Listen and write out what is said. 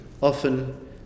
often